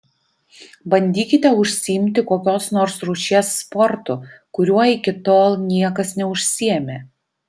bandykite užsiimti kokios nors rūšies sportu kuriuo iki tol niekas neužsiėmė